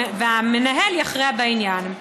והמנהל יכריע בעניין.